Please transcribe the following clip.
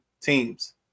teams